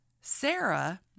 Sarah